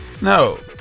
No